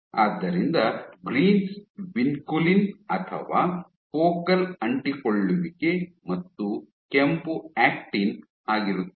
ಆದ್ದರಿಂದ greens vinculin ಅಥವಾ focal ಅಂಟಿಕೊಳ್ಳುವಿಕೆ ಮತ್ತು ಕೆಂಪು ಆಕ್ಟಿನ್ ಆಗಿರುತ್ತದೆ